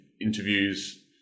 interviews